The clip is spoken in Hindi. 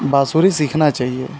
बाँसुरी सीखना चाहिए